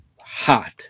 hot